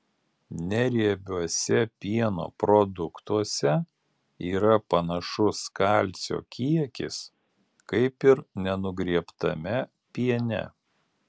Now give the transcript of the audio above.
neriebiuose pieno produktuose yra panašus kalcio kiekis kaip ir nenugriebtame piene